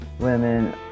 Women